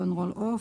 Roll on/Roll off.